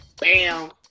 bam